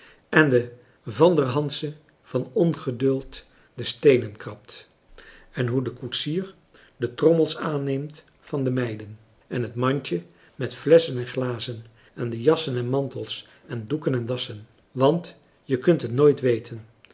en de vanderhandsche van ongeduld de steenen krabt en hoe de koetsier de trommels aanneemt van de meiden en het mandje met flesschen en glazen en de jassen en mantels en doeken en dassen want je kunt het nooit weten